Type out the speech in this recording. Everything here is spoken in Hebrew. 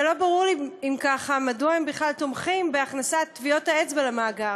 ולא ברור לי אפוא מדוע הם בכלל תומכים בהכנסת טביעות האצבע למאגר.